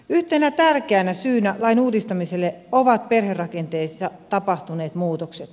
yhtenä tärkeänä syynä lain uudistamiselle ovat perherakenteissa tapahtuneet muutokset